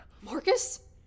Marcus